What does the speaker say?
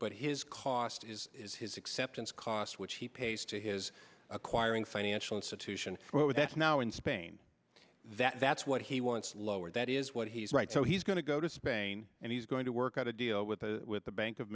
but his cost is is his acceptance cost which he pays to his acquiring financial institution that's now in spain that that's what he wants lower that is what he's right so he's going to go to spain and he's going to work out a deal with a with the bank of